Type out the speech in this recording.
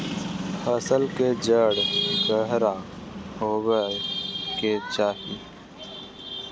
फसल के जड़ गहरा होबय के चाही